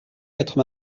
quatre